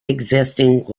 existing